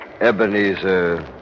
Ebenezer